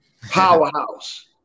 Powerhouse